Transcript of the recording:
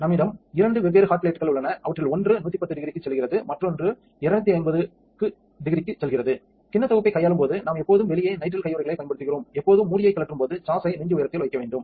நம்மிடம் இரண்டு வெவ்வேறு ஹாட் பிளேட்டுகள் உள்ளன அவற்றில் ஒன்று 1100 க்கு செல்கிறது மற்றொன்று 2500 க்குச் செல்கிறது கிண்ணத் தொகுப்பைக் கையாளும்போது நாம் எப்போதும் வெளியே நைட்ரைல் கையுறைகளைப் பயன்படுத்துகிறோம் எப்போதும் மூடியை கழற்றும்போது சாஸை நெஞ்சு உயரத்தில் வைக்க வேண்டும்